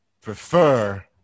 prefer